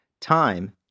time